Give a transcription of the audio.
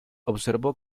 observó